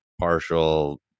partial